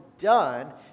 done